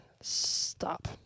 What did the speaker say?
Stop